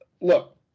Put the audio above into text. look